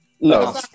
No